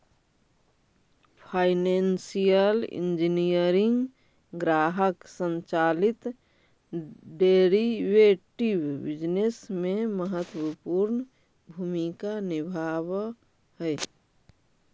financial engineering ग्राहक संचालित derivative business में महत्वपूर्ण भूमिका निभावऽ हई